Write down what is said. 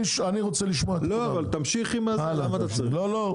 אני רוצה לשמוע, עם כל הכבוד.